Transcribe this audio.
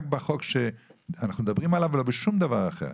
בחוק שאנחנו מדברים עליו ולא בשום דבר אחר.